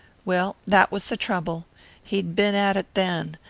well, that was the trouble he'd been at it then.